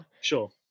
Sure